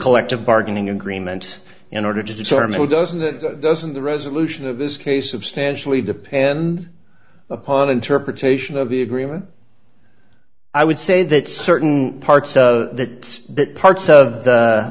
collective bargaining agreement in order to determine who doesn't that doesn't the resolution of this case of stanley depend upon interpretation of the agreement i would say that certain parts so that parts of